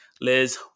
Liz